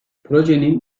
projenin